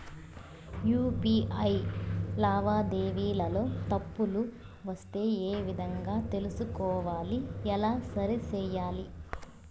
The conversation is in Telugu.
యు.పి.ఐ లావాదేవీలలో తప్పులు వస్తే ఏ విధంగా తెలుసుకోవాలి? ఎలా సరిసేయాలి?